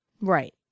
Right